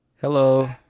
Hello